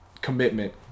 commitment